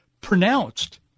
pronounced